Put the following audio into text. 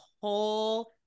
whole